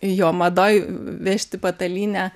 jo madoj vežti patalynę